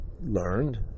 learned